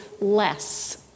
less